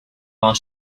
while